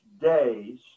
days